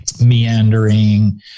Meandering